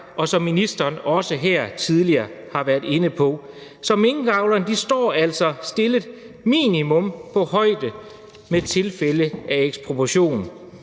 ej, som ministeren også her tidligere har været inde på. Så minkavlerne står altså stillet minimum på højde med tilfælde af ekspropriation.